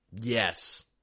Yes